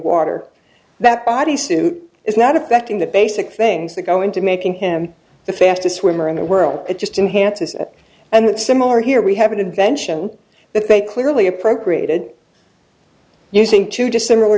water that body suit is not affecting the basic things that go into making him the fastest swimmer in the world it just inhance at and similar here we have an invention that they clearly appropriated using two dissimilar